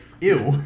ew